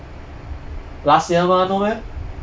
last year mah no meh